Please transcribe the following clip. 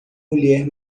mulher